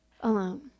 alone